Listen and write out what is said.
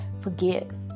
forgives